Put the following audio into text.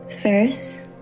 First